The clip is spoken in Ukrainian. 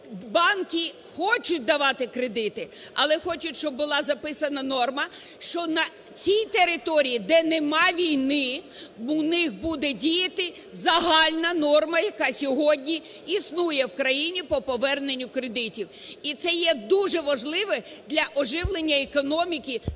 банки хочуть давати кредити. Але хочуть, щоб була записана норма, що на цій території, де немає війни, у них буде діяти загальна норма, яка сьогодні існує в країні про поверненню кредитів. І це є дуже важливе для оживлення економіки тих